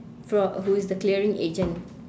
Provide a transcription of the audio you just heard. from who is the clearing agent